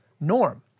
norm